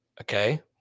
okay